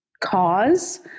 cause